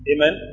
Amen